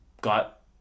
got